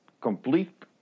complete